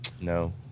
no